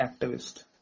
activist